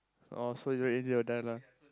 oh so it's very easy to die lah